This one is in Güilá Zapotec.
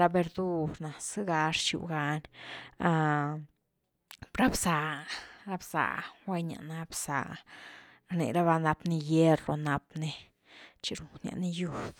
ra verdur na zega rxiu gani, ra bza-ra bza guenias na bza rnirava nap ni hierro nap ni chi runias ni yud.